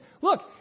Look